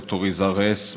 וד"ר יזהר הס,